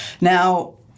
Now